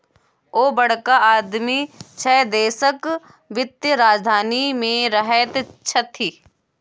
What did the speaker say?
ओ बड़का आदमी छै देशक वित्तीय राजधानी मे रहैत छथि